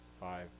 five